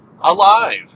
alive